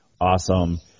Awesome